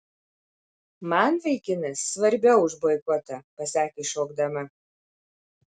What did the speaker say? man vaikinas svarbiau už boikotą pasakė šokdama